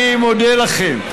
אני מודה לכם.